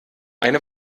eine